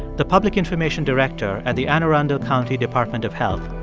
the public information director at the anne arundel county department of health.